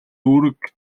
үүрэг